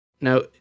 now